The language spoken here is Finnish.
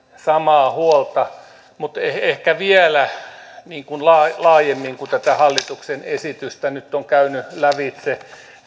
samaa huolta mutta ehkä vielä laajemmin kun tätä hallituksen esitystä nyt olen käynyt lävitse